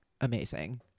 amazing